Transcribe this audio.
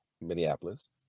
minneapolis